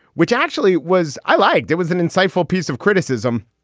which actually was i liked it was an insightful piece of criticism,